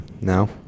No